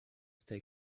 stay